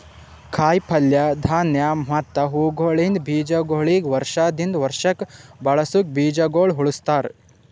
ಕಾಯಿ ಪಲ್ಯ, ಧಾನ್ಯ ಮತ್ತ ಹೂವುಗೊಳಿಂದ್ ಬೀಜಗೊಳಿಗ್ ವರ್ಷ ದಿಂದ್ ವರ್ಷಕ್ ಬಳಸುಕ್ ಬೀಜಗೊಳ್ ಉಳುಸ್ತಾರ್